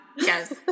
Yes